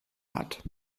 hat